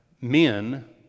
men